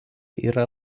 yra